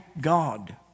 God